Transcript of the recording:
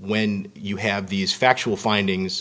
when you have these factual findings